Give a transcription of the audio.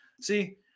See